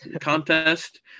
Contest